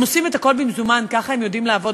הם עושים הכול במזומן, כך הם יודעים לעבוד.